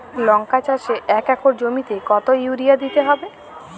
লংকা চাষে এক একর জমিতে কতো ইউরিয়া দিতে হবে?